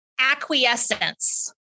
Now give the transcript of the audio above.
acquiescence